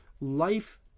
life